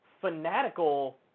fanatical